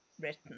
written